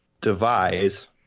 devise